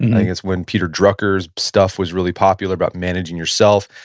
and i guess when peter drucker's stuff was really popular about managing yourself.